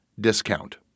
discount